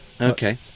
Okay